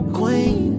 queen